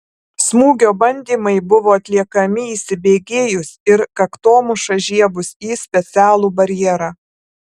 smūgio bandymai buvo atliekami įsibėgėjus ir kaktomuša žiebus į specialų barjerą